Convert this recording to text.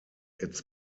its